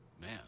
Man